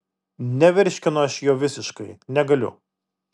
nevirškinu aš jo visiškai negaliu